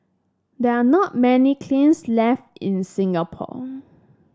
there are not many kilns left in Singapore